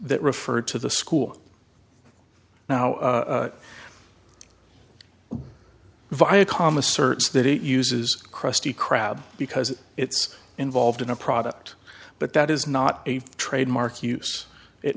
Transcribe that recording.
that referred to the school now viacom asserts that it uses krusty krab because it's involved in a product but that is not a trademark use it